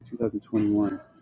2021